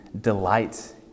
delight